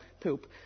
poop